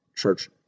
church